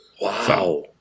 Wow